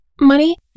money